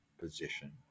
position